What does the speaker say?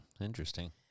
Interesting